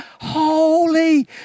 Holy